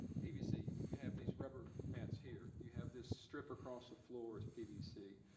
pvc, you you have these rubber mats here, you have this strip across the floor is pvc,